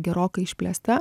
gerokai išplėsta